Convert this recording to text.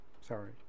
Sorry